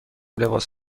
لباس